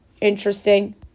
interesting